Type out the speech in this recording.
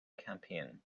campaign